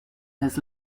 his